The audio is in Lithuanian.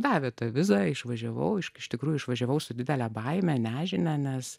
davė tą vizą išvažiavau iš tikrųjų išvažiavau su didele baime nežinia ar mes